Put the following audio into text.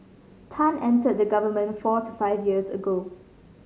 Tan entered the government four to five years ago